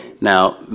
Now